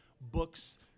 books